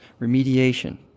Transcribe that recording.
Remediation